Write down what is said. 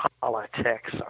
politics